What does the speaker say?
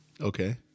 okay